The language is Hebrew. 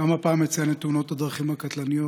גם הפעם אציין את תאונות הדרכים הקטלניות